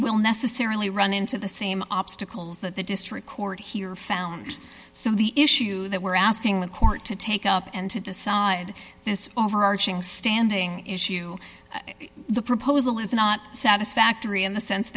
will necessarily run into the same obstacles that the district court here found so the issue that we're asking the court to take up and to decide this overarching standing issue the proposal is not satisfactory in the sense